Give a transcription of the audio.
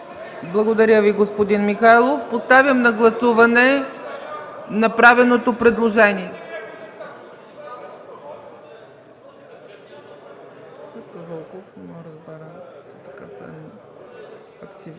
Благодаря Ви, господин Михайлов. Поставям на гласуване направеното предложение.